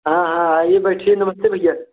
हाँ हाँ आइए बैठिए नमस्ते भैया